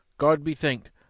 god be thanked,